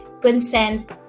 consent